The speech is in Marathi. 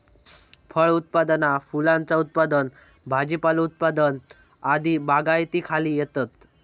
फळ उत्पादना फुलांचा उत्पादन भाजीपालो उत्पादन आदी बागायतीखाली येतत